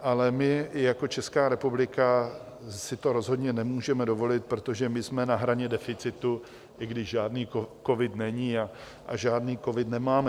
Ale my jako Česká republika si to rozhodně nemůžeme dovolit, protože jsme na hraně deficitu, i když žádný covid není a žádný covid nemáme.